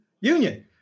union